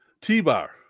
T-Bar